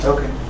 Okay